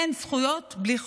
אין זכויות בלי חובות.